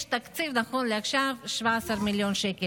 יש תקציב נכון לעכשיו: 17 מיליון שקל.